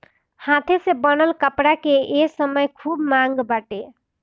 हाथे से बनल कपड़ा के ए समय में खूब मांग बाटे